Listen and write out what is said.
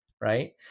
right